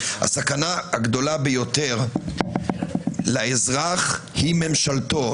הסכנה הגדולה ביותר לאזרח היא ממשלתו,